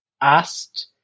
asked